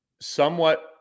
somewhat